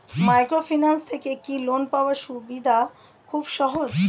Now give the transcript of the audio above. Microfinance থেকে কি loan পাওয়ার সুবিধা খুব সহজ?